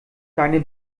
deine